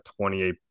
28